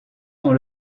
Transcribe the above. dans